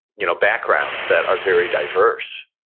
you know backgrounds that are very diverse.